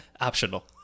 Optional